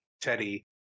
Teddy